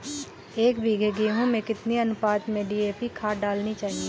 एक बीघे गेहूँ में कितनी अनुपात में डी.ए.पी खाद डालनी चाहिए?